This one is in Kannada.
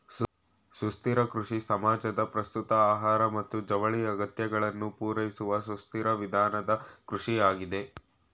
ಸುಸ್ಥಿರ ಕೃಷಿ ಸಮಾಜದ ಪ್ರಸ್ತುತ ಆಹಾರ ಮತ್ತು ಜವಳಿ ಅಗತ್ಯಗಳನ್ನು ಪೂರೈಸುವಸುಸ್ಥಿರವಿಧಾನದಕೃಷಿಯಾಗಿದೆ